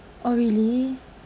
orh really